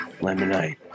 lemonade